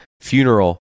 funeral